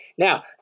Now